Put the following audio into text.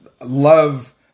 love